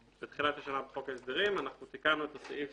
בתחילת השנה בחוק ההסדרים אנחנו תיקנו את הסעיף